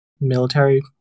military